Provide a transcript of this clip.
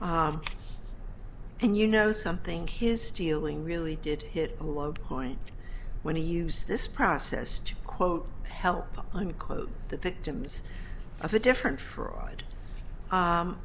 s and you know something his stealing really did hit a load point when he used this process to quote help unquote the victims of a different fraud